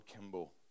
Kimball